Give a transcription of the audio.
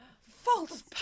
False